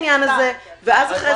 הזה, ואחרי